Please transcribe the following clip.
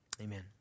amen